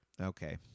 Okay